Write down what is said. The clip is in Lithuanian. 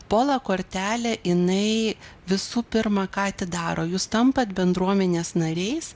pola kortelė jinai visų pirma ką atidaro jūs tampat bendruomenės nariais